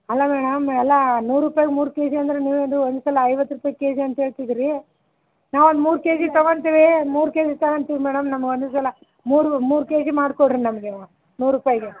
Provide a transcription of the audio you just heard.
ಅಲ್ಲ ಮೇಡಮ್ ಎಲ್ಲ ನೂರು ರೂಪಾಯ್ಗೆ ಮೂರು ಕೆ ಜಿ ಅಂದ್ರೆ ನೀವು ಇದು ಒಂದೇ ಸಲ ಐವತ್ತು ರೂಪಾಯಿ ಕೆ ಜಿ ಅಂತ ಹೇಳ್ತಿದ್ದೀರೀ ನಾವು ಒಂದು ಮೂರು ಕೆ ಜಿ ತೊಗೊಳ್ತೀವಿ ಮೂರು ಕೆ ಜಿ ತಗೊಂತೀವಿ ಮೇಡಮ್ ನಮ್ಗೆ ಒಂದೇ ಸಲ ಮೂರು ಮೂರು ಕೆ ಜಿ ಮಾಡಿಕೊಡ್ರಿ ನಮಗೆ ವಾ ನೂರು ರೂಪಾಯಿಗೆ